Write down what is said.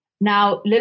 Now